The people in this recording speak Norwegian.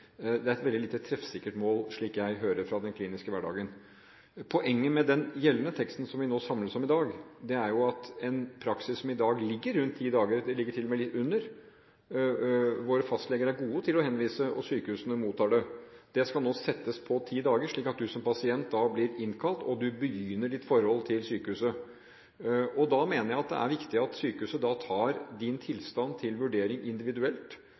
Det er et veldig lite treffsikkert mål, slik jeg hører det fra den kliniske hverdagen. Poenget med den gjeldende teksten, som vi samles om i dag, er jo at en praksis som i dag ligger rundt 10 dager – den ligger til og med litt under, våre fastleger er gode til å henvise, og sykehusene mottar det – nå skal settes til 10 dager, slik at du som pasient blir innkalt og begynner ditt forhold til sykehuset. Da mener jeg det er viktig at sykehuset tar din tilstand til vurdering individuelt.